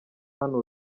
hano